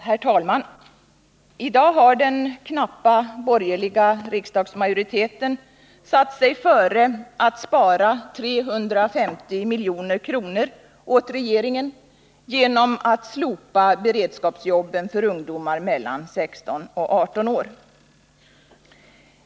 Herr talman! I dag har den borgerliga riksdagsmajoriteten satt sig före att spara 350 milj.kr. åt regeringen genom att slopa beredskapsjobben för ungdomar mellan 16 och 18 år.